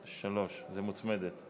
שלוש דקות, זאת הצעה מוצמדת.